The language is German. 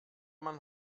man